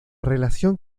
relación